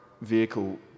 vehicle